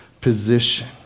position